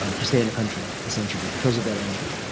ah just stay in the country, essentially, because of that entry.